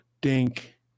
dink